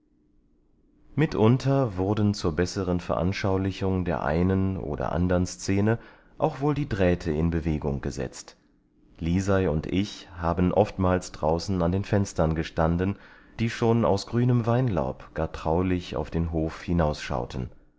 mitunter wurden zur besseren veranschaulichung der einen oder andern szene auch wohl die drähte in bewegung gesetzt lisei und ich haben oftmals draußen an den fenstern gestanden die schon aus grünem weinlaub gar traulich auf den hof